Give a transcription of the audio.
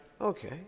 Okay